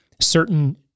certain